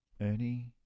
Ernie